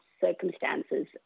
circumstances